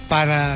Para